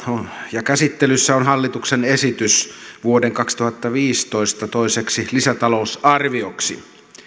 ja käsittelyssä on hallituksen esitys vuoden kaksituhattaviisitoista toiseksi lisätalousarvioksi